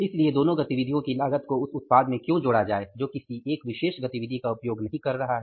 इसलिए दोनों गतिविधियों की लागत को उस उत्पाद में क्यों जोड़ा जाए जो किसी एक विशेष गतिविधि का उपयोग नहीं कर रहा है